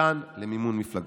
זכאותן למימון מפלגות.